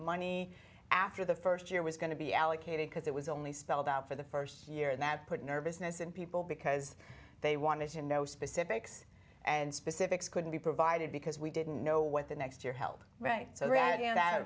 money after the first year was going to be allocated because it was only spelled out for the first year that put nervousness in people because they wanted to know specifics and specifics couldn't be provided because we didn't know what the next year help right